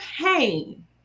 pain